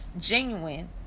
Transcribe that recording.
genuine